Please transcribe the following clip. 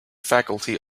faculty